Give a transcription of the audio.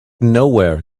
nowhere